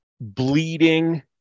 bleeding